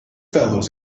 fellows